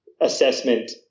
assessment